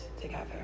together